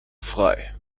frei